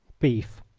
beef.